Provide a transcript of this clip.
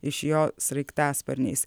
iš jo sraigtasparniais